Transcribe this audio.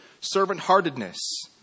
servant-heartedness